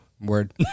Word